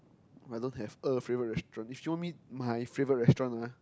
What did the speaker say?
but I don't have a favourite restaurant you show me my favourite restaurant ah